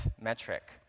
metric